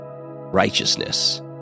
Righteousness